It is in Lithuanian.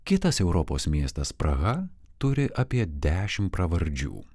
kitas europos miestas praha turi apie dešimt pravardžių